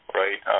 right